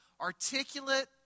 articulate